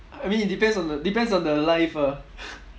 I mean it depends on the depends on the life ah